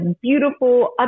beautiful